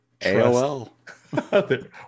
AOL